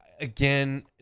again